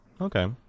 okay